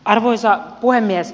arvoisa puhemies